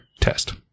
test